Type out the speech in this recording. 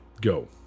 go